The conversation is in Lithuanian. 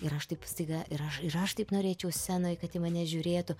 ir aš taip staiga ir aš ir aš taip norėčiau scenoj kad į mane žiūrėtų